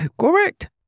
Correct